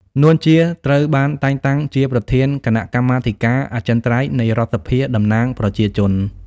នួន ជា ត្រូវបានតែងតាំងជាប្រធានគណៈកម្មាធិការអចិន្ត្រៃយ៍នៃរដ្ឋសភាតំណាងប្រជាជន។